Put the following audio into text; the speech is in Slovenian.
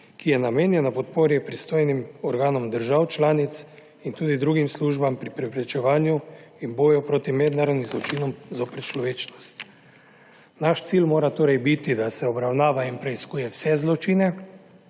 ki je namenjena podpori pristojnim organom držav članic in tudi drugim službam pri preprečevanju in boju proti mednarodnim zločinom zoper človečnost. Naš cilj mora torej biti, da se obravnava in preiskuje vse zločine